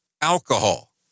alcohol